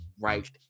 right